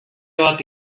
bat